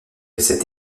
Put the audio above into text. cette